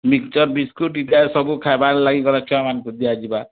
mixture biscuit ଇତ୍ୟାଦି ସବୁ ଖାଇବାର ଲାଗି ପରା ଛୁଆମାନଙ୍କୁ ଦିଆଯିବା